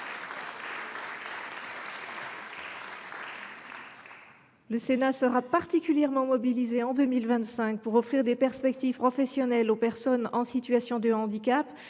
Le Sénat sera particulièrement mobilisé, en 2025, pour offrir des perspectives professionnelles aux personnes en situation de handicap